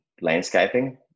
landscaping